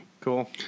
Cool